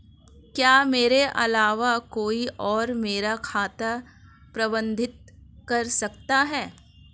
क्या मेरे अलावा कोई और मेरा खाता प्रबंधित कर सकता है?